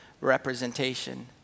representation